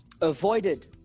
avoided